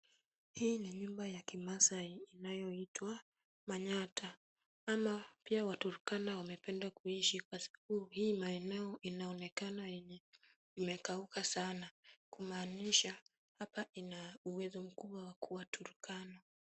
Hii ni nyumba ya kimaasai inayoitwa manyatta . Ama pia waturkana wamependa kuishi. Kwa sababu hii maeneo inaonekana yenye imekauka sana, kumaanisha hapa ina uwezo mkubwa wa kuwa Turkana.